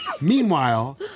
meanwhile